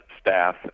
staff